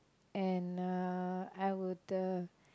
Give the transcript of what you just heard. and uh I would uh